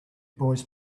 boys